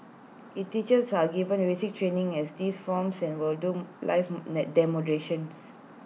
IT teachers are given training as these forms and will do live demonstrations